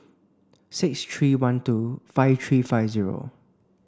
six three one two five three five zero